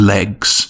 Legs